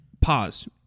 Pause